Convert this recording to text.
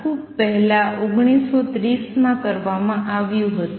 આ ખૂબ પહેલાં 1930 માં કરવામાં આવ્યું હતું